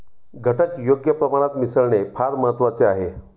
घटक योग्य प्रमाणात मिसळणे फार महत्वाचे आहे